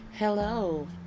Hello